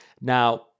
now